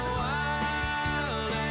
wild